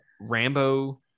Rambo